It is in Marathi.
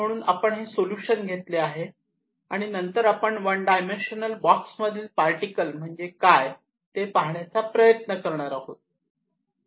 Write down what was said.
म्हणून आपण हे सोल्युशन घेतले आहे आणि नंतर आपण वन डायमेन्शनल बॉक्स मधील पार्टिकल म्हणजे काय ते पाहण्याचा प्रयत्न करणार आहोत